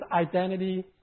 identity